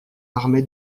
armé